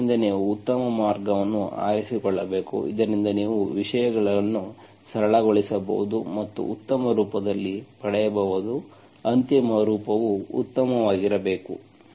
ಆದ್ದರಿಂದ ನೀವು ಉತ್ತಮ ಮಾರ್ಗವನ್ನು ಆರಿಸಿಕೊಳ್ಳಬೇಕು ಇದರಿಂದ ನೀವು ವಿಷಯಗಳನ್ನು ಸರಳಗೊಳಿಸಬಹುದು ಮತ್ತು ಉತ್ತಮ ರೂಪದಲ್ಲಿ ಪಡೆಯಬಹುದು ಅಂತಿಮ ರೂಪವು ಉತ್ತಮವಾಗಿರಬೇಕು